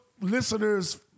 listeners